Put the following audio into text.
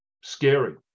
scary